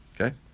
okay